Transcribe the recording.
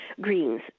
greens